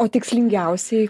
o tikslingiausiai